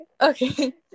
okay